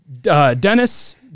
Dennis